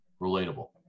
relatable